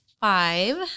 five